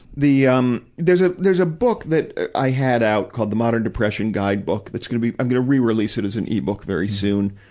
the, um, there's a, there's a book that i had out called the modern depression guidebook that's gonna be i'm gonna re-release it as an ebook very soon,